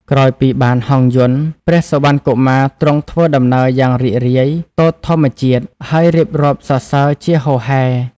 ក្រោយពីបានហង្សយន្ត ព្រះសុវណ្ណកុមារទ្រង់ធ្វើដំណើរយ៉ាងរីករាយ ទតធម្មជាតិ ហើយរៀបរាប់សរសើរជាហូរហែ។